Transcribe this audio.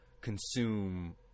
consume